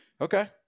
okay